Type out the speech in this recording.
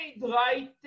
right